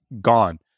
gone